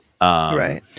Right